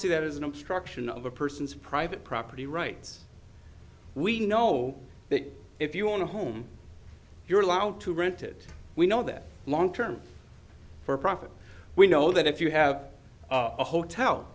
see that as an obstruction of a person's private property rights we know that if you want a home you're allowed to rent it we know that long term for profit we know that if you have a hotel